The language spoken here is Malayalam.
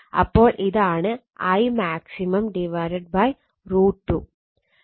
അപ്പോൾ ഇതാണ് Imax √2